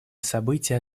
события